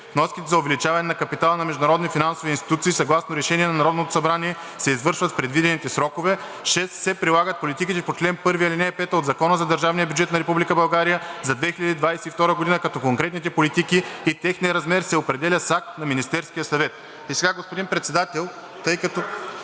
вноските за увеличаване на капитала на международни финансови институции съгласно решения на Народното събрание се извършват в предвидените срокове; 6. се прилагат политиките по чл. 1, ал. 5 от Закона за държавния бюджет на Република България за 2022 г., като конкретните политики и техният размер се определят с акт на Министерския съвет.“